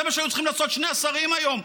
זה מה שהיו צריכים לעשות שני השרים היום,